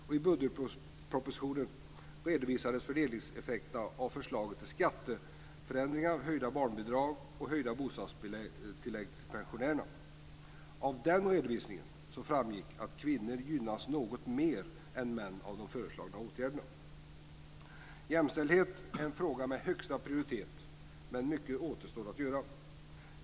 I årets budgetproposition redovisas fördelningseffekterna av förslagen till skatteförändringar, höjda barnbidrag och höjda bostadstillägg till pensionärerna. Av den redovisningen framgår att kvinnor gynnas något mer än män av de föreslagna åtgärderna. Jämställdhet är en fråga med högsta prioritet, men mycket återstår att göra.